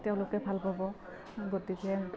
তেওঁলোকে ভাল পাব গতিকে